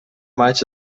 maig